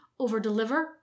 overdeliver